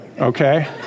okay